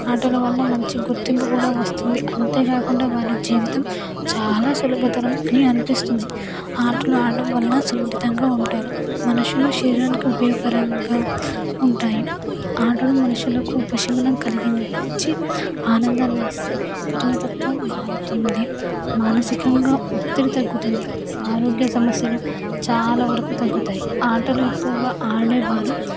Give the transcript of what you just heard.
ఆటలు వల్ల మంచి గుర్తింపు కూడా వస్తుంది అంతేకాకుండా వారి జీవితం చాలా సులభతరం అని అనిపిస్తుంది ఆటలు ఆడటం వలన సున్నితంగా ఉంటారు మనుషులు శరీరానికి ఉపయోగకరంగా ఉంటాయి ఆటలు మనుషులకు ఉపశమనం కలిగించి ఆనందాన్ని ఇస్తాయి కఠిన తత్వం మారుతుంది మానసికంగా ఒత్తిడి తగ్గుతుంది ఆరోగ్య సమస్యలు చాలా వరకు తగ్గుతాయి ఆటలు ఎక్కువగా ఆడేవారు